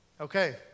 Okay